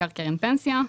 בעיקר קרן פנסיה.